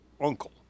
uncle